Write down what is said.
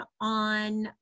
on